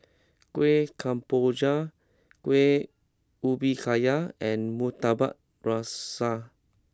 Kueh Kemboja Kueh Ubi Kayu and Murtabak Rusa